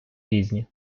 різні